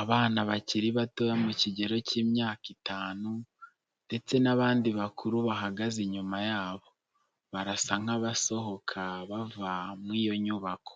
abana bakiri batoya mu kigero cy'imyaka itanu ndetse n'abandi bakuru bahagaze inyuma yabo, barasa nk'abasohoka bava muri iyo nyubako.